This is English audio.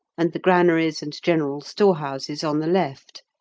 and the granaries and general storehouses on the left,